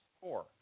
Four